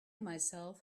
myself